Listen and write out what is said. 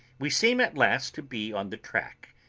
we seem at last to be on the track,